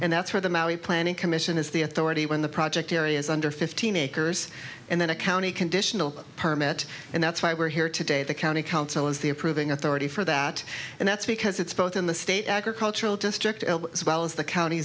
and that's where the maui planning commission has the authority when the project area is under fifteen acres and then a county conditional permit and that's why we're here today the county council is the approving authority for that and that's because it's both in the state agricultural district as well as the county